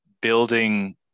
building